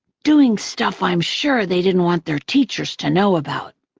doing stuff i'm sure they didn't want their teachers to know about.